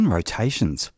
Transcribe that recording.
Rotations